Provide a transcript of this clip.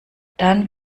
dann